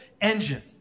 engine